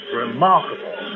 remarkable